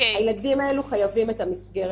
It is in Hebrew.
הילדים האלה חייבים מסגרת.